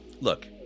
Look